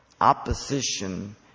opposition